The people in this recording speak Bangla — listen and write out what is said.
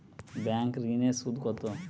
ব্যাঙ্ক ঋন এর সুদ কত?